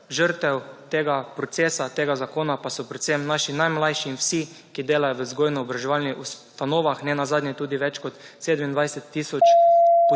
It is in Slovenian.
žrtev tega procesa tega zakona pa so predvsem naši najmlajši in vsi, ki delajo v vzgojno-izobraževalnih ustanovah nenazadnje tudi več kot 27 tisoč